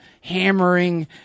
hammering